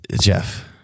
Jeff